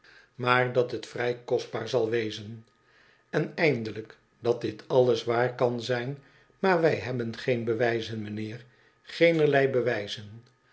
maar dat het vrij kostbaar zal wezen en eindelijk dat dit alles waar kan zijn maar wij hebben geen bewijzen mijnheer geenerlei bewijzen